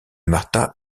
marta